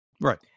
right